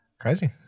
Crazy